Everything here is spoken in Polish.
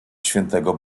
świętego